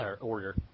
order